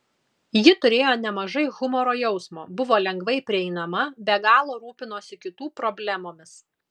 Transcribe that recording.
ji turėjo nemažai humoro jausmo buvo lengvai prieinama be galo rūpinosi kitų problemomis